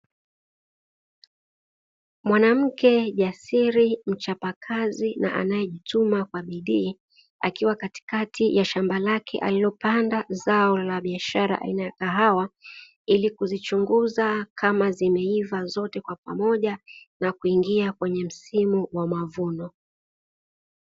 Mwanamke jasiri , mchapa kazi na anaejituma kwa bidii, akiwa katikati ya shamba lake alilopanda zao la biashara aina ya kahawa, ili kuzichunguza kama zimeiva zote kwa pamoja na kuingia msimu wa mavuno.